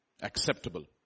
acceptable